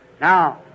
Now